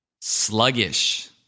Sluggish